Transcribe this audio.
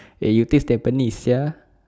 eh you stay tampines sia